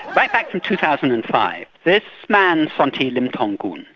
right back from two thousand and five this man, sondhi limthongkul,